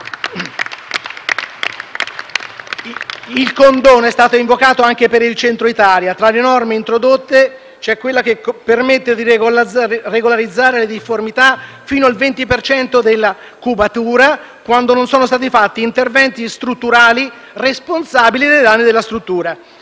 Il condono è stato invocato anche per il Centro Italia. Tra le norme introdotte c’è quella che permette di regolarizzare le difformità fino al 20 per cento della cubatura quando non sono stati fatti interventi strutturali responsabili dei danni della struttura.